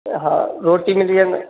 हा रोटी मिली वेंदव